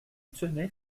tenait